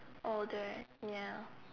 older ya